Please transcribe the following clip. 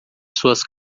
suas